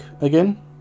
again